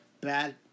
bad